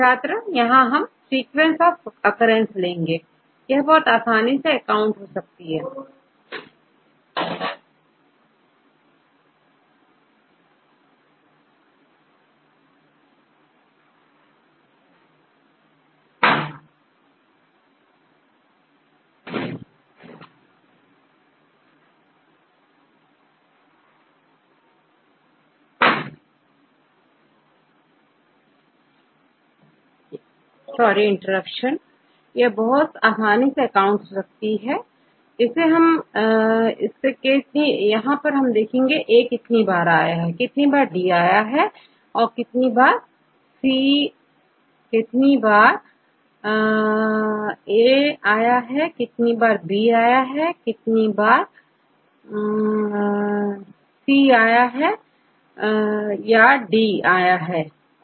छात्र frequency of occurrence यह बहुत आसानी से अकाउंट हो सकती है इसमें हम इसमें हम कितनी बारA आया और कितनी बारD या C या अन्य आए देख सकते हैं